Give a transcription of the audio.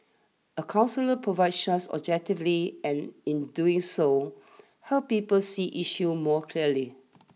a counsellor provides such objectively and in doing so helps people see issues more clearly